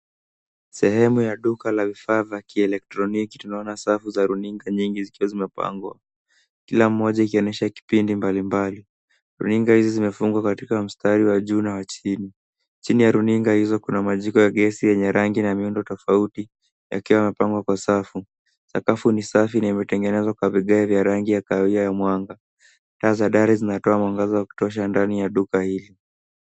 Sehemu ya duka la vifaa vya kielektroniki tunaona safu za runinga nyingi zikiwa zimepangwa kila moja ikionyesha kipindi mbalimbali. Runinga hizi zimefungwa katika mstari wa juu na wa chini. Chini ya runinga hizo kuna majiko ya gesi yenye rangi na miundo tofauti yakiwa yamepangwa kwa safu. Sakafu ni safi na imetengenezwa kwa vigae vya rangi ya kahawia ya mwanga. Taa za ndani zinatoa mwangaza wa kutosha ndani ya duka hili.